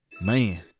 man